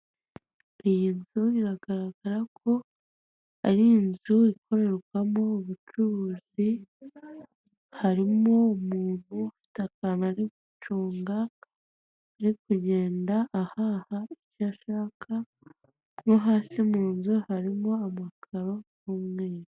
Iyi nzu biragaragara ko ari inzu ikorerwamo, ubucuruzi harimo umuntu ufite akantu ari gucunga uri kugenda ahaha ibyo ashaka no hasi mu nzu harimo amakaro y'umweru.